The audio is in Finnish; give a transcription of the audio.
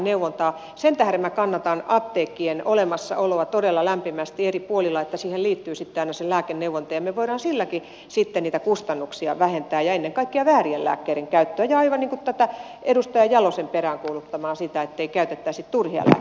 sen tähden minä kannatan apteekkien olemassaoloa todella lämpimästi eri puolilla että siihen liittyy sitten aina se lääkeneuvonta ja me voimme silläkin niitä kustannuksia vähentää ja ennen kaikkea väärien lääkkeiden käyttöä ja aivan niin kuin edustaja jalonen peräänkuulutti ettei käytettäisi turhia lääkkeitä